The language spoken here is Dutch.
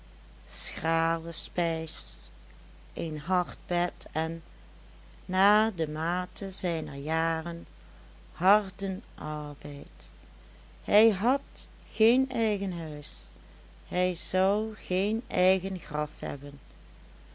schrale spijs een hard bed en naar de mate zijner jaren harden arbeid hij had geen eigen huis hij zou geen eigen graf hebben